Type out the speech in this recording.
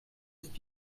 ist